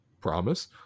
promise